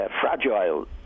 fragile